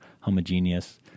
homogeneous